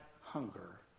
hunger